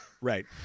Right